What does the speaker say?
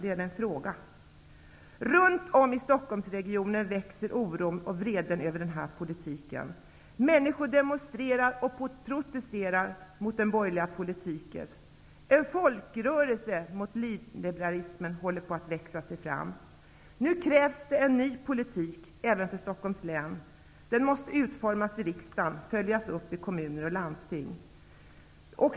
Det är frågan. Runt om i Stockholmsregionen växer oron och vreden över den här politiken. Människor demonstrerar och protesterar mot den borgerliga politiken. En folkrörelse mot nyliberalismen håller på att växa fram. Nu krävs det en ny politik, även för Stockholms län. Den måste utformas i riksdagen och följas upp i kommuner och landsting.